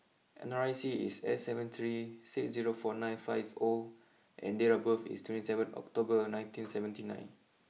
N R I C is S seven three six zero four nine five O and date of birth is twenty seven October nineteen seventy nine